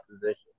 position